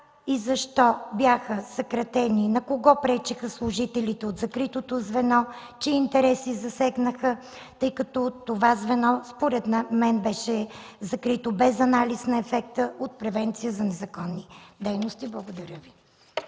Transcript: и защо бяха съкратени, на кого пречеха служителите от закритото звено, чии интереси засегнаха, тъй като това звено, според мен, бе закрито без анализ на ефекта от превенция за незаконни дейности? Благодаря Ви.